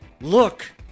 look